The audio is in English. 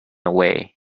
away